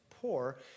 poor